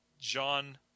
John